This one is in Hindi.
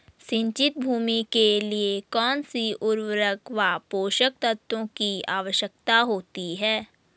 सिंचित भूमि के लिए कौन सी उर्वरक व पोषक तत्वों की आवश्यकता होती है?